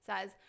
says